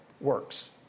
works